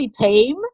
tame